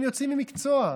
הם יוצאים עם מקצוע.